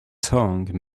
tongue